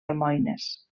almoines